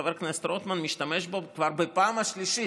שחבר הכנסת רוטמן משתמש בו כבר בפעם השלישית.